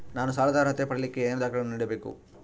ನಾನು ಸಾಲದ ಅರ್ಹತೆ ಪಡಿಲಿಕ್ಕೆ ಏನೇನು ದಾಖಲೆಗಳನ್ನ ನೇಡಬೇಕು?